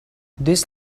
this